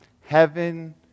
Heaven